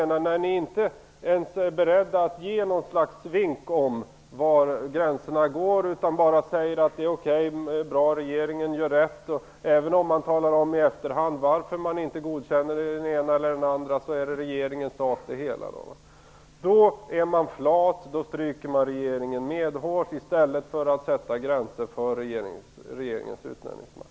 När man inte ens är beredd att ge något slags vink om var gränserna går utan bara säger: Det är okej, det är bra, regeringen gör rätt; även om regeringen först i efterhand talar om varför den inte godkänner den ene eller den andre, är det dess ensak - då är man flat, då stryker man regeringen medhårs i stället för att sätta gränser för regeringens utnämningsmakt.